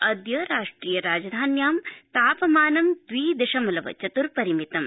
अद्य राष्ट्रिय राजधान्यां तापमान द्वि दशमलव चर्त्परिमितम